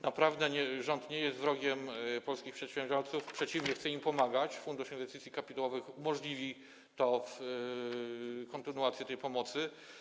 Naprawdę rząd nie jest wrogiem polskich przedsiębiorców, przeciwnie, chce im pomagać, a Fundusz Inwestycji Kapitałowych umożliwi kontynuację tej pomocy.